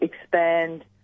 expand